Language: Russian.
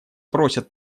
просят